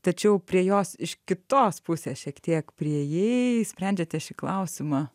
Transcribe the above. tačiau prie jos iš kitos pusės šiek tiek priėjai sprendžiate šį klausimą